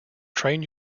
train